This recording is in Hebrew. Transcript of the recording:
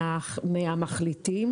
מהצעת המחליטים.